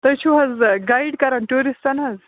تُہۍ چھُو حظ گایِڈ کَران ٹوٗرَسٹَن حظ